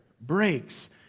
breaks